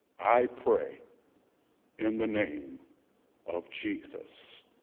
i pray in the name of jesus.